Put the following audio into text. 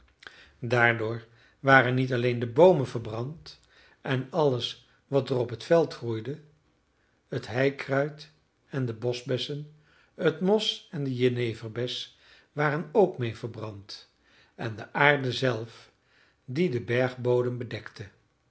daardoor waren niet alleen de boomen verbrand en alles wat er op het veld groeide het heikruid en de boschbessen het mos en de jeneverbes waren ook meê verbrand en de aarde zelf die den bergbodem bedekte